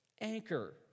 anchor